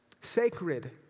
Sacred